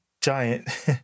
giant